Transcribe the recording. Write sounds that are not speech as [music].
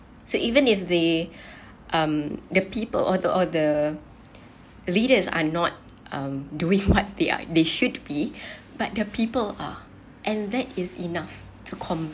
so even if the [breath] um the people or the or the leaders are not um doing what they are they should be [breath] but their people are and that is enough to